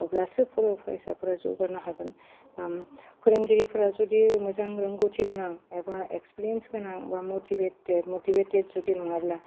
अब्लासो फराय फरायसाफ्रा जौगानो हागोन ओम फोरोंगिरिफोरा जुदि मोजां रोंगौथि गोनां एबा एक्सपेरियेन्स गोनां बा मटिबेटेद जुदि नङाब्ला